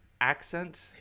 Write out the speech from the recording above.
accent